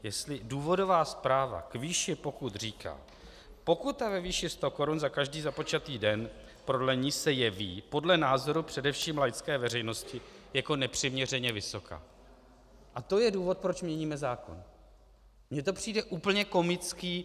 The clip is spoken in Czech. Jestli důvodová zpráva k výši pokut říká: Pokuta ve výši 100 korun za každý započatý den prodlení se jeví podle názoru především laické veřejnosti jako nepřiměřeně vysoká a to je důvod, proč měníme zákon, mně to přijde úplně komické.